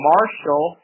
Marshall